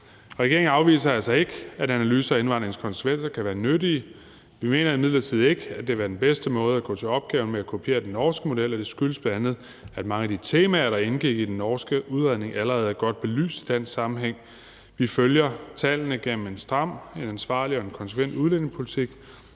Regeringen afviser altså ikke, at analyser af indvandringens konsekvenser kan være nyttige. Vi mener imidlertid ikke, at det vil være den bedste måde at gå til opgaven på at kopiere den norske model, og det skyldes bl.a., at mange af de temaer, der indgik i den norske udredning, allerede er godt belyst i en dansk sammenhæng. Vi følger tallene gennem en stram, en ansvarlig og en konsekvent udlændingepolitik,